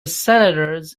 senators